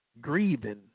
grieving